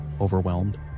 overwhelmed